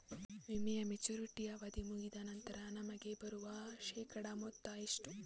ವಿಮೆಯ ಮೆಚುರಿಟಿ ಅವಧಿ ಮುಗಿದ ನಂತರ ನಮಗೆ ಬರುವ ಶೇಕಡಾ ಮೊತ್ತ ಎಷ್ಟು?